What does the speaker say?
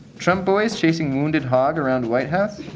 trump boys chasing wounded hog around white house